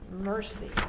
mercy